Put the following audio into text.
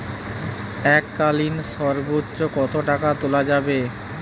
এককালীন সর্বোচ্চ কত টাকা তোলা যাবে?